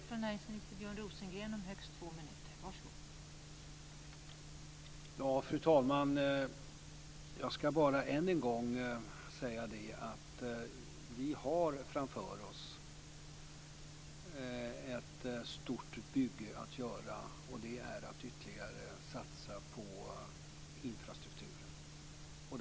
Fru talman! Jag ska bara än en gång säga att vi har ett stort bygge att göra framför oss, nämligen att ytterligare satsa på infrastrukturen.